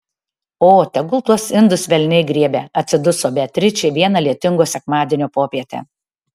o tegul tuos indus velniai griebia atsiduso beatričė vieną lietingo sekmadienio popietę